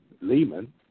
Lehman